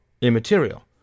immaterial